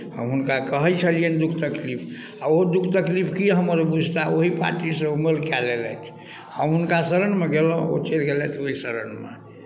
हम हुनका कहैत छलियनि दुःख तकलीफ आ ओ दुःख तकलीफ की हमर बुझताह ओही पार्टीसँ मोल कए लेलथि हम हुनका शरणमे गेलहुँ ओ चलि गेलथि ओहि शरणमे